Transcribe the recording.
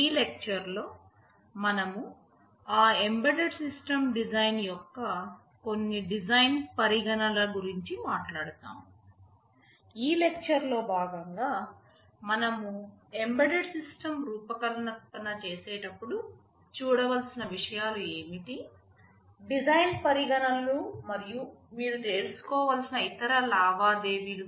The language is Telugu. ఈ లెక్చర్లో మనం అం ఎంబెడెడ్ సిస్టమ్ డిజైన్ యొక్క కొన్ని డిజైన్ పరిగణనల గురించి మాట్లాడుతాము ఈ లెక్చర్లో భాగంగా మనము ఎంబెడెడ్ సిస్టమ్స్ రూపకల్పన చేసేటప్పుడుచూడవలసిన విషయాలు ఏమిటి డిజైన్ పరిగణనలు మరియు మీరు తెలుసుకోవలసిన ఇతర లావాదేవీలు